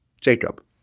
Jacob